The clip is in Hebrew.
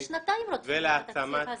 --- זה שנתיים רודפים את התקציב הזה,